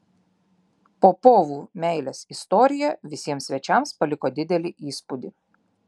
popovų meilės istorija visiems svečiams paliko didelį įspūdį